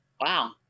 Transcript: Wow